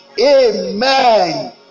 Amen